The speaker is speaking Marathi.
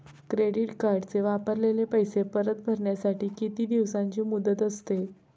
क्रेडिट कार्डचे वापरलेले पैसे परत भरण्यासाठी किती दिवसांची मुदत असते?